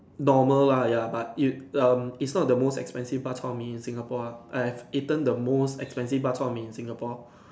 normal lah ya but it um it's not the most expansive bak-chor-mee in Singapore ah I have eaten the most expensive bak-chor-mee in Singapore